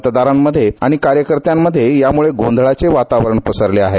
मतदारांमध्ये आणि कार्यकर्त्यामध्ये यामुळे गोंधळाचे वातावरण पसरले आहे